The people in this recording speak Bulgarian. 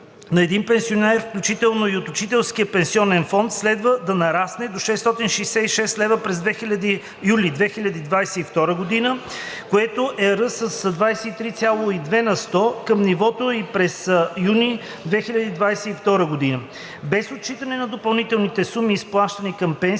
на един пенсионер, включително и от Учителския пенсионен фонд, следва да нарасне до 666 лв. през юли 2022 г., което е ръст от 23,2 на сто към нивото ѝ през юни 2022 г. без отчитане на допълнителните суми, изплащани към пенсиите,